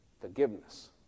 forgiveness